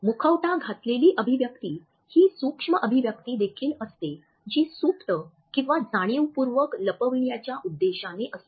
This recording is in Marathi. मुखवटा घातलेली अभिव्यक्ती ही सूक्ष्म अभिव्यक्ती देखील असते जी सुप्त किंवा जाणीवपूर्वक लपविण्याच्या उद्देशाने असते